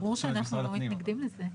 ברור שאנחנו לא מתנגדים לזה.